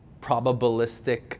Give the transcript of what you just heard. probabilistic